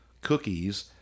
cookies